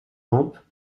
lampe